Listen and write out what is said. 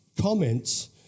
comments